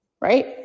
right